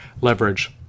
leverage